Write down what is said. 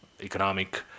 economic